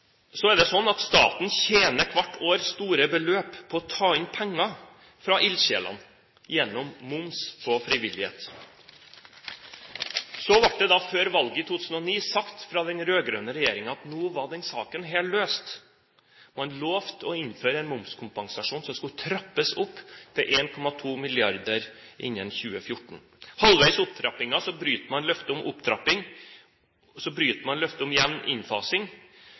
Staten tjener hvert år store beløp på å ta inn penger fra ildsjelene gjennom moms på frivillighet. Så ble det før valget i 2009 sagt fra den rød-grønne regjeringen at nå var denne saken løst – man lovet å innføre en momskompensasjon som skulle trappes opp til 1,2 mrd. kr innen 2014. Halvveis i opptrappingen bryter man løftet om opptrapping, og man bryter løftet om jevn innfasing,